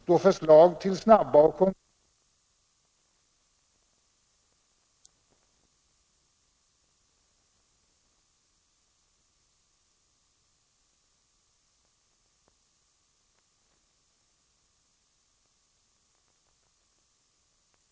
Eftersom förslaget om snabba och konkreta åtgärder för att förbättra förhållandena längs inlandsbanan även stöds av vpk-ledamoten i trafikutskottet — av hans särskilda yttrande att döma — står i realiteten utskottets majoritet bakom våra krav. Detta hoppas jag positivt skall påverka trafikpolitiska utredningens vilja att prioritera åtgärder till inlandsbanans fromma.